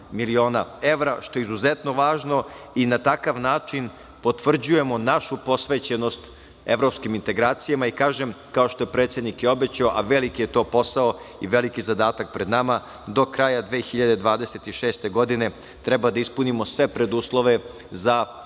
miliona evra, što je izuzetno važno i na takav način potvrđujemo našu posvećenost evropskim integracijama i, kažem, kao što je i predsednik i obećao, veliki je to posao i veliki je zadatak pred nama, do kraja 2026. godine treba da ispunimo sve preduslove za